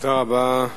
תודה רבה.